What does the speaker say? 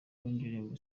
n’indirimbo